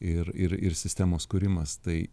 ir ir ir sistemos kūrimas tai